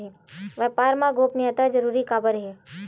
व्यापार मा गोपनीयता जरूरी काबर हे?